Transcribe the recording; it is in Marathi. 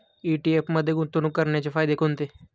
ई.टी.एफ मध्ये गुंतवणूक करण्याचे फायदे कोणते?